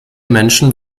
menschen